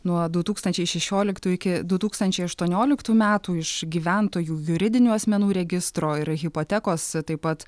nuo du tūkstančiai šešioliktų iki du tūkstančiai aštuonioliktų metų iš gyventojų juridinių asmenų registro ir hipotekos taip pat